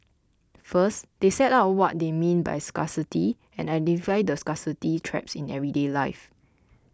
first they set out what they mean by scarcity and identify the scarcity traps in everyday life